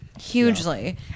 Hugely